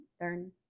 learn